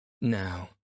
Now